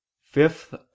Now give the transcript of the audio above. Fifth